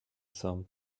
some